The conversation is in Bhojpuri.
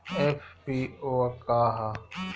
एफ.पी.ओ का ह?